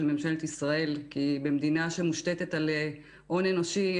ממשלת ישראל כי במדינה שמושתתת על הון אנושי,